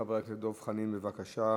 חבר הכנסת דב חנין, בבקשה.